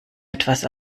etwas